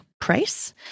price